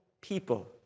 people